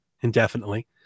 indefinitely